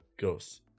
Ghosts